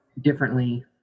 differently